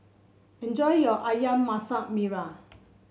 enjoy your ayam Masak Merah